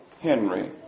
Henry